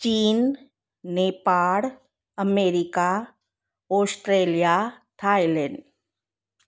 China Nepal America Australia Thailand